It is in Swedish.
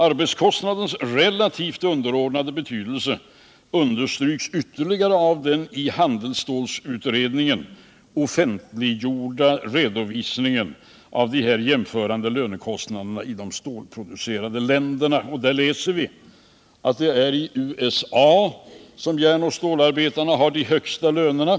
Arbetskostnadens relativt underordnade betydelse understryks ytterligare av den i handelsstålsutredningen offentliggjorda redovisningen av lönekostnaderna i de stålproducerande länderna. Där läser vi att det är i USA som järnoch stålarbetarna har de högsta lönerna.